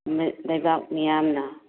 ꯂꯩꯕꯥꯛ ꯃꯤꯌꯥꯝꯅ